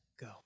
go